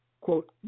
quote